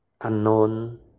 unknown